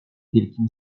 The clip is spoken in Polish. wielkim